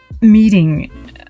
meeting